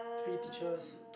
free teachers